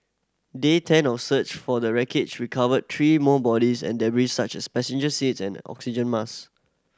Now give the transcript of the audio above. day ten of search for the wreckage recovered three more bodies and debris such as passenger seat and oxygen mask